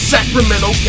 Sacramento